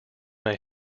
may